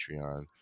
Patreon